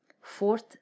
Fourth